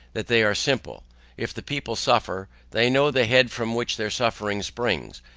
that they are simple if the people suffer, they know the head from which their suffering springs,